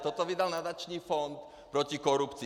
Toto vydal nadační fond proti korupci.